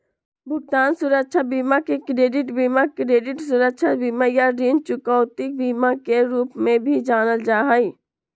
भुगतान सुरक्षा बीमा के क्रेडिट बीमा, क्रेडिट सुरक्षा बीमा, या ऋण चुकौती बीमा के रूप में भी जानल जा हई